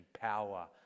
power